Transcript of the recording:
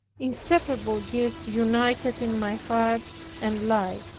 inseparable gifts united in my heart and life!